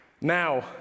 Now